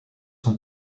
son